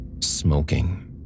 smoking